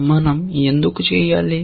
మనం ఎందుకు చేయాలి